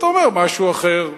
אתה אומר משהו אחר.